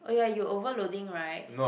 oh ya you overloading right